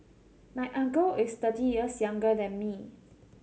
my uncle is thirty years younger than me